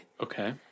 Okay